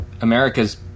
America's